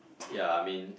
ya I mean